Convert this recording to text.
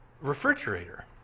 refrigerator